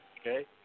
okay